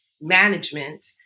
management